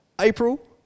April